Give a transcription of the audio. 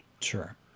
Sure